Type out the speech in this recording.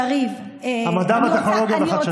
יריב, המדע, הטכנולוגיה והחדשנות.